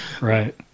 Right